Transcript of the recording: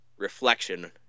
reflection